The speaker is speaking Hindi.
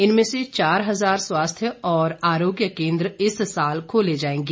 इनमें से चार हजार स्वास्थ्य और आरोग्य केंद्र इस साल खोले जाएंगे